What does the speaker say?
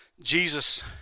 Jesus